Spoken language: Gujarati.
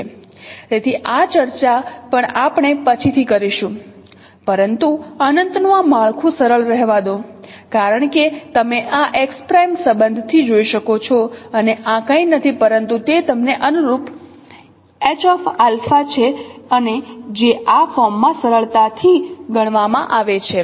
તેથી આ ચર્ચા પણ આપણે પછીથી કરીશું પરંતુ અનંતનું આ માળખું સરળ રહેવા દો કારણ કે તમે આ x' સંબંધથી જોઈ શકો છો અને આ કંઈ નથી પરંતુ તે તમને અનુરૂપ છે અને જે આ ફોર્મમાં સરળતાથી ગણવામાં આવે છે